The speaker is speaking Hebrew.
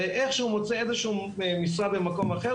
ואיך שהוא מוצא איזו שהיא משרה במקום אחר,